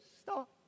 stop